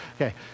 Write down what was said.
Okay